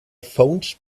phoned